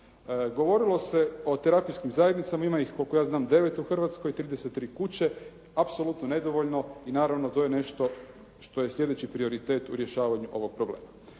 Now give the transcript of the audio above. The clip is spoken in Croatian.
Govorilo se o terapijskim zajednicama ima ih koliko ja znam 9 u Hrvatskoj, 33 kuće. Apsolutno nedovoljno i naravno što je sljedeći prioritet u rješavanju ovog problema.